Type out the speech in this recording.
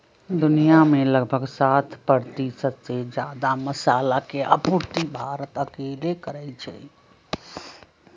दुनिया में लगभग साठ परतिशत से जादा मसाला के आपूर्ति भारत अकेले करई छई